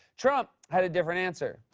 trump had a different answer.